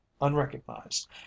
unrecognized